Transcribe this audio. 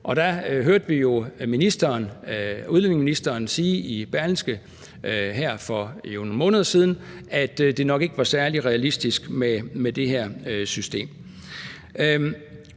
Og der hørte vi jo udlændingeministeren sige i Berlingske for nogle måneder siden, at det nok ikke var særlig realistisk med det her system.